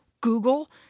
Google